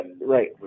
Right